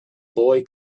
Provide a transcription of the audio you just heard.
boy